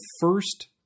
first